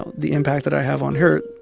ah the impact that i have on her,